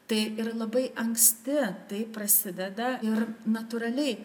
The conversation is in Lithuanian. tai ir labai anksti tai prasideda ir natūraliai